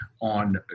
on